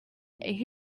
ate